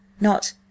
Not—